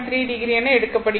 3o என எடுக்கப்படுகிறது